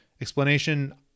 explanation